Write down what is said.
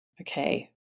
Okay